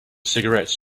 cigarettes